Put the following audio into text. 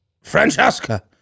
Francesca